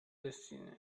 destiny